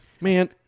Man